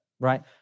Right